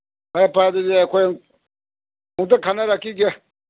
ꯐꯔꯦ ꯐꯔꯦ ꯑꯗꯨꯗꯤ ꯑꯩꯈꯣꯏ ꯑꯝꯇ ꯈꯟꯅꯔꯛꯈꯤꯒꯦ